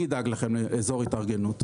אני אדאג לכם לאזור התארגנות.